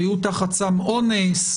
היו תחת סם אונס,